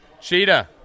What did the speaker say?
Cheetah